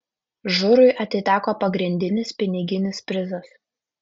žurui atiteko pagrindinis piniginis prizas